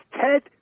Ted